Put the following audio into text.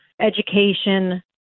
education